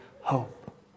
hope